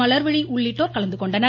மலர்விழி உள்ளிட்டோர் கலந்து கொண்டனர்